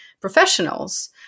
Professionals